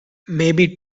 maybe